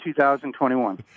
2021